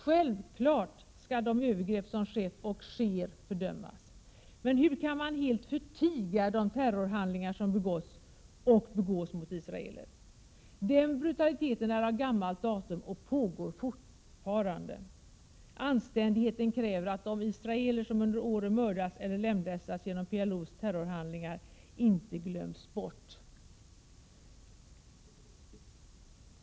Självfallet skall de övergrepp som skett och sker fördömas, men hur kan man helt förtiga de terrorhandlingar som begåtts och begås mot israeler? Den brutaliteten är av gammalt datum och pågår fortfarande. Anständigheten kräver att de israeler som under åren mördats eller lemlästats genom PLO:s terrorhandlingar inte glöms bort.